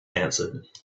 answered